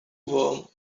worm